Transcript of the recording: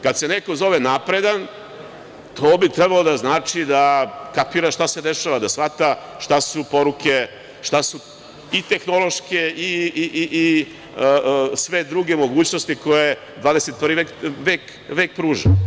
Kada se neko zove napredan, to bi trebalo da znači da kapira šta se dešava, da shvata šta su poruke, šta su tehnološke i sve druge mogućnosti koje 21. vek pruža.